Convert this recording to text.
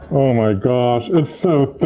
oh my gosh, it's so thick.